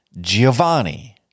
Giovanni